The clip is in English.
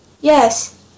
Yes